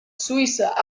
suïssa